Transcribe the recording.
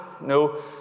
no